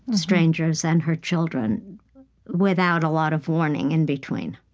strangers, and her children without a lot of warning in between